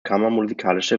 kammermusikalische